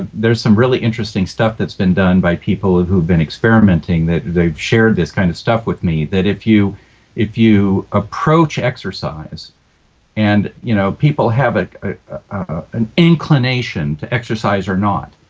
there's some really interesting stuff that's been done by people who've who've been experimenting. they've shared this kind of stuff with me that if you if you approach exercise and you know, people have an inclination to exercise or not,